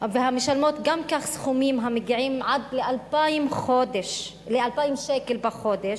ומשלמות גם כך סכומים המגיעים עד ל-2,000 ש"ח בחודש,